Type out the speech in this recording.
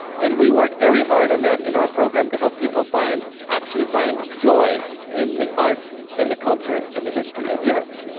and we work very hard on that in our program to help people find, actually find, joy in the art, and the culture, and the history of europe.